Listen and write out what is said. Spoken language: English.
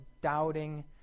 Doubting